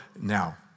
now